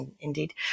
indeed